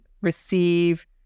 receive